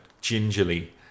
gingerly